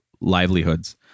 livelihoods